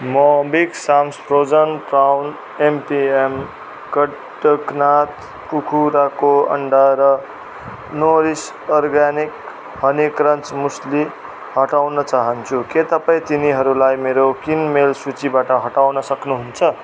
म big Sam's frozen prawn MPM Kadaknath कुखुराको अन्डा र Norris organic honey crunch muesli हटाउन चाहन्छु के तपाईँ तिनीहरूलाई मेरो किनमेल सूचीबाट हटाउन सक्नुहुन्छ